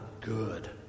good